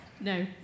No